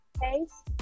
face